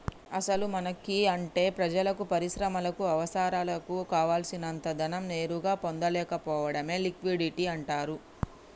అసలు మనకి అంటే ప్రజలకు పరిశ్రమలకు అవసరాలకు కావాల్సినంత ధనం నేరుగా పొందలేకపోవడమే లిక్విడిటీ అంటారు